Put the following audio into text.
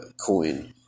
coin